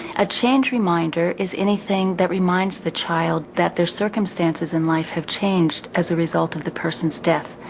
a change reminder is anything that reminds the child that their circumstances in life have changed as a result of the person's death.